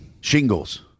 shingles